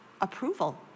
approval